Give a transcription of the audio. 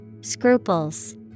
Scruples